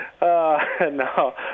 No